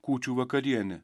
kūčių vakarienę